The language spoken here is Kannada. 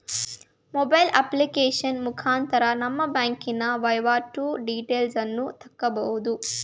ಮೊಬೈಲ್ ಅಪ್ಲಿಕೇಶನ್ ಮುಖಾಂತರ ನಮ್ಮ ಬ್ಯಾಂಕಿನ ವೈವಾಟು ಡೀಟೇಲ್ಸನ್ನು ತಕ್ಕಬೋದು